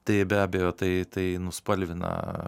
tai be abejo tai tai nuspalvina